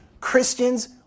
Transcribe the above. Christians